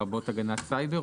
לרבות הגנת סייבר?